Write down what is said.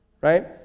right